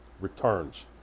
returns